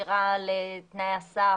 שמירה של תנאי הסף,